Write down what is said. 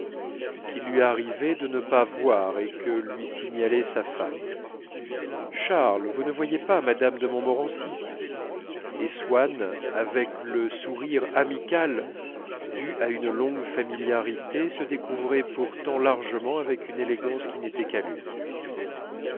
qu'il lui arrivait de ne pas voir et que lui signalait sa femme charles vous ne voyez pas mme de montmorency et swann avec le sourire amical dû à une longue familiarité se découvrait pourtant largement avec une élégance qui n'était qu'à lui